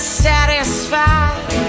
satisfied